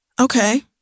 Okay